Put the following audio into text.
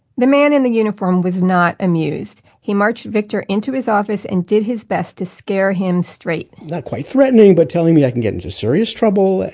the man in the uniform was not amused. he marched victor into his office, and did his best to scare him straight not quite threatening, but telling me i can get into serious trouble,